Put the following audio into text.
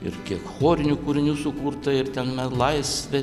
ir kiek chorinių kūrinių sukurta ir ten me laisvė